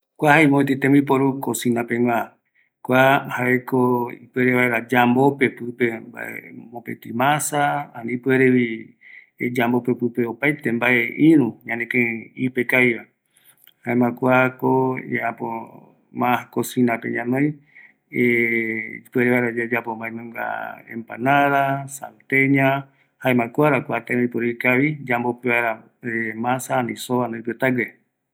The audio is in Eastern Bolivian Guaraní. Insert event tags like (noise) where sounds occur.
﻿Kua jae mopeti tembiporu cosinapegua, kua jaeko ipuere vaera yambope pipe mbae mopeti masa, jare ipuerevi yambope pipe opaete mbae irü ñanekïrei ipekaviva, jaema kuako oyeapo ma cosinape ñanoi (hesitation) ipuere vaera yayapo mbaenunga empanada empanada, salteña, jaema kuara kua tembiporu ikavi yambope vaera masa, soo ani oipotague